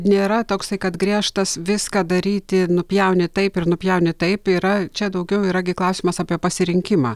nėra toksai kad griežtas viską daryti nupjauni taip ir nupjauni taip yra čia daugiau yra gi klausimas apie pasirinkimą